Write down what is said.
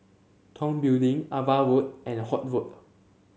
Tong Building Ava Road and Holt Road